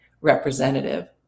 representative